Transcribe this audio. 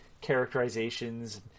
characterizations